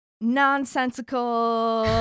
nonsensical